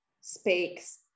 speaks